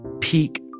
peak